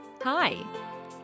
Hi